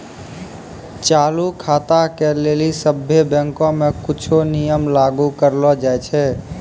चालू खाता के लेली सभ्भे बैंको मे कुछो नियम लागू करलो जाय छै